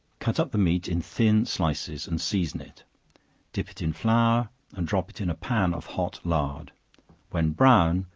cut up the meat in thin slices, and season it dip it in flour and drop it in a pan of hot lard when brown,